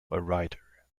writer